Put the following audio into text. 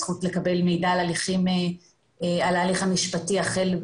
הזכות לקבל מידע על ההליך המשפטי החל,